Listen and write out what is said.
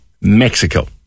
Mexico